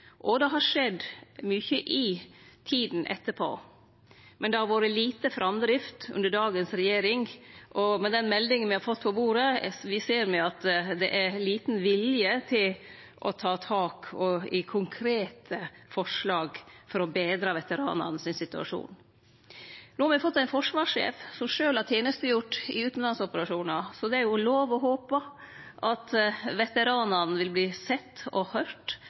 Det har òg skjedd mykje i tida etterpå. Men det har vore lite framdrift under dagens regjering, og med den meldinga me har fått på bordet, ser me at det er liten vilje til å ta tak i konkrete forslag for å betre situasjonen til veteranane. No har me fått ein forsvarssjef som sjølv har tenestegjort i utanlandsoperasjonar, så det er jo lov å håpe at veteranane vil verte sette og